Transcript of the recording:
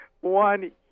one